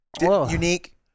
unique